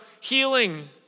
healing